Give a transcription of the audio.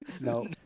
No